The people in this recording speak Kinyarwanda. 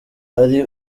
ari